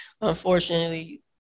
unfortunately